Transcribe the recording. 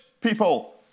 people